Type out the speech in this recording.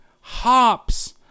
hops